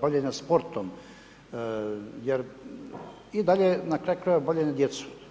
bavljenja sportom jer i dalje na kraju krajeva bavljenja djecu.